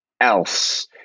else